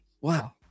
wow